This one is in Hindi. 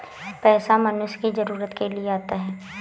पैसा मनुष्य की जरूरत के लिए आता है